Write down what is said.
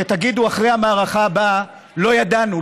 שתגידו אחרי המערכה הבאה: לא ידענו,